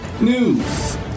News